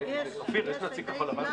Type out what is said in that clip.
בנושא טיפול רשויות המדינה ברכש כלי השיט